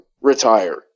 Retire